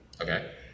Okay